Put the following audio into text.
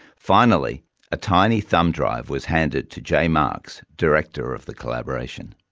finally a tiny thumb drive was handed to jay marx, director of the collaboration.